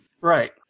Right